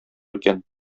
икән